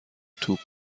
توپ